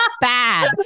bad